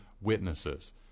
witnesses